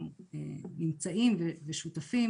אנחנו נמצאים ושותפים,